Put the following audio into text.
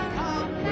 come